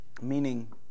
Meaning